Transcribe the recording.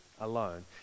alone